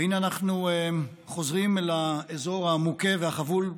והינה אנחנו חוזרים אל האזור המוכה והחבול,